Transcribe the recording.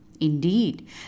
Indeed